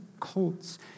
cults